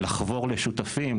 לחבור לשותפים,